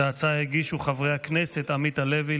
את ההצעה הגישו חברי הכנסת עמית הלוי,